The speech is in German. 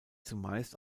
zumeist